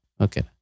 Okay